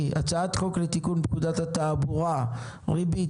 אין אושר הצעת החוק לתיקון פקודת התעבורה (ריבית